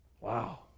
Wow